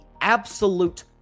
absolute